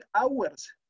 hours